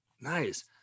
nice